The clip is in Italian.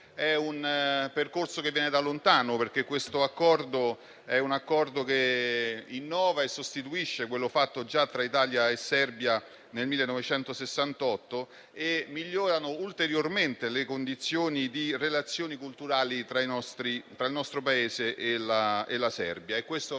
È un percorso che viene da lontano, perché l'Accordo innova e sostituisce quello fatto tra Italia e Serbia già nel 1968 e migliora ulteriormente le condizioni delle relazioni culturali tra il nostro Paese e la Serbia.